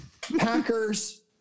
Packers